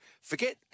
Forget